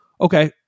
okay